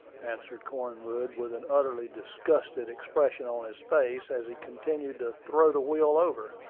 answered cornwood, with an utterly disgusted expression on his face, as he continued to throw the wheel over.